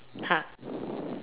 !huh!